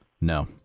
No